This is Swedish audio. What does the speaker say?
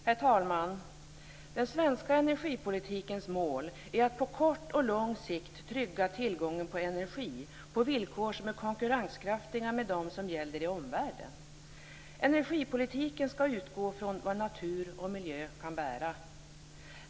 Herr talman! Den svenska energipolitikens mål är att på kort och lång sikt trygga tillgången på energi på villkor som är konkurrenskraftiga med dem som gäller i omvärlden. Energipolitiken skall utgå från vad natur och miljö kan bära.